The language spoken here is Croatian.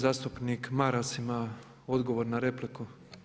Zastupnik Maras ima odgovor na repliku.